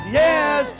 yes